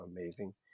amazing